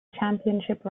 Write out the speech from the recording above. championship